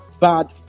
bad